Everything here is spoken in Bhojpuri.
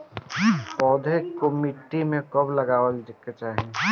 पौधे को मिट्टी में कब लगावे के चाही?